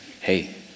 hey